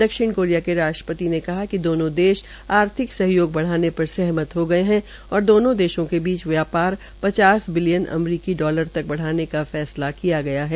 दक्षिण कोरिया के राष्ट्रपति ने कहा कि दोनों देश आर्थिक सहयोग बढ़ाने पर सहमत हो गये है और दोनों देशों के बीच व्यापार पचास बिलियन अमरीकी डालर तक बढ़ाने का फैसला किया गया है